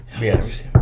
Yes